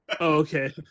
okay